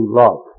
love